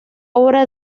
obra